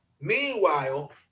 meanwhile